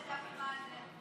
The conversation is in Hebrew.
שכחתי.